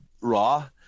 Raw